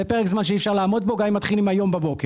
זה פרק זמן שאי אפשר לעמוד בו גם אם מתחילים היום בבוקר.